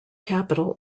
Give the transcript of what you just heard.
capital